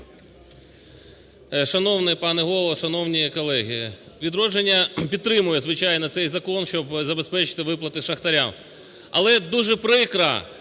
Шановний пане Голово! Шановні колеги! "Відродження" підтримує, звичайно, цей закон, щоб забезпечити виплати шахтарям. Але дуже прикро,